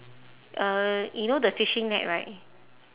uh you know the fishing net right